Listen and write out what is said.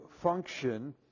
function